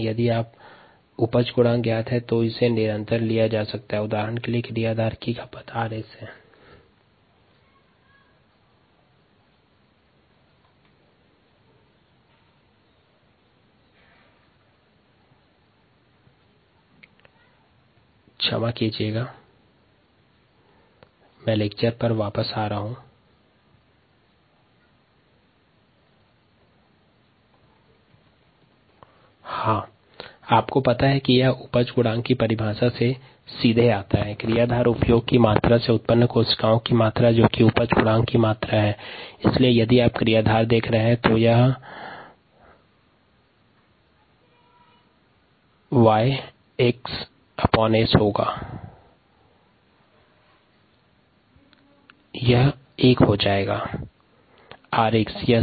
यदि उपज गुणांक ज्ञात है तब क्रियाधार की उपयोग की दर 𝑟𝑆 है rS1YxSrx क्रियाधार के उपभोग की मात्रा से उत्पन्न कोशिका की मात्रा उपज गुणांक की मात्रा है इसलिए क्रियाधार के सन्दर्भ में 1 बटा 𝑌𝑥𝑆 गुणा 𝑟𝑥 होगा